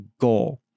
goal